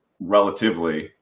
relatively